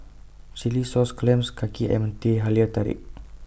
Chilli Sauce Clams Kaki Ayam Teh Halia Tarik